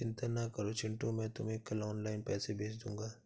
चिंता ना करो चिंटू मैं तुम्हें कल ऑनलाइन पैसे भेज दूंगा